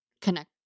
connect